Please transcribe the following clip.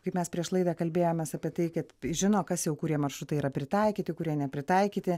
kaip mes prieš laidą kalbėjomės apie tai kad žino kas jau kurie maršrutai yra pritaikyti kurie nepritaikyti